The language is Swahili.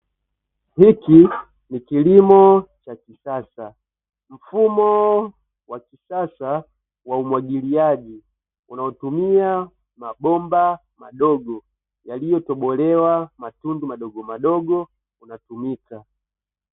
Hiki ni kilimo cha kisasa. Mfumo wa kisasa wa umwagiliaji unaotumia mabomba madogo yaliyotobolewa matundu madogomadogo unatumika.